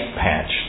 patch